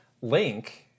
Link